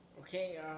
Okay